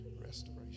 Restoration